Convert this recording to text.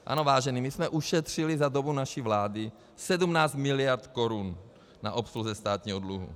Ano, vážení, my jsme ušetřili za dobu naší vlády 17 mld. korun na obsluze státního dluhu.